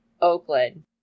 Oakland